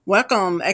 Welcome